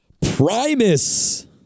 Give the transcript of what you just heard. Primus